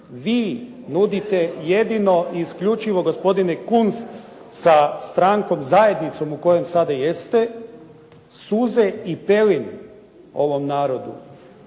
Vi nudite jedino i isključivo gospodine Kunst sa strankom zajednicom u kojoj sada jeste suze i pelin ovom narodu